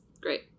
Great